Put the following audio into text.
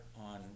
on